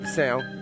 sound